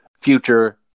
future